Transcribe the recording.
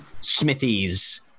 smithies